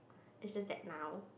is just that now